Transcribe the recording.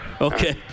okay